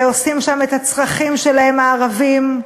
ועושים שם את הצרכים שלהם, הערבים,